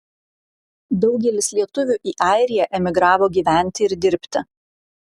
daugelis lietuvių į airiją emigravo gyventi ir dirbti